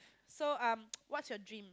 so um what's your dream